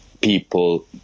people